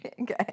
Okay